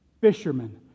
fishermen